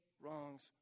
wrongs